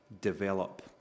develop